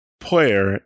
player